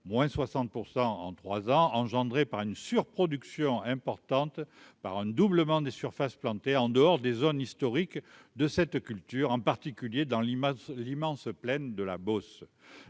moins 60 % en 3 ans, engendrée par une surproduction importante par un doublement des surfaces plantées en dehors des zones historiques de cette culture, en particulier dans l'image, l'immense plaine de la Beauce,